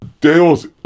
Dale's